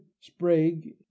sprague